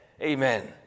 Amen